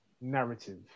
narrative